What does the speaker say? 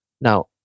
Now